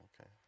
Okay